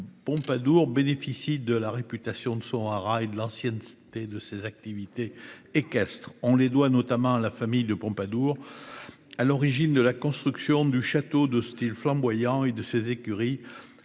Pompadour bénéficie de la réputation de son haras et de l'ancienneté de ses activités équestres, on les doit, notamment, la famille de Pompadour. À l'origine de la construction du château de Style flamboyant et de ses écuries